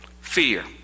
Fear